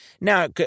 Now